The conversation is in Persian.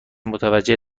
متوجه